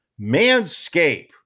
manscape